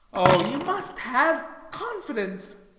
oh, you must have confidence.